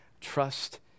trust